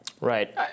Right